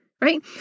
right